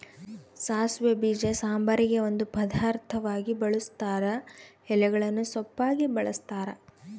ಸಾಸಿವೆ ಬೀಜ ಸಾಂಬಾರಿಗೆ ಒಂದು ಪದಾರ್ಥವಾಗಿ ಬಳುಸ್ತಾರ ಎಲೆಗಳನ್ನು ಸೊಪ್ಪಾಗಿ ಬಳಸ್ತಾರ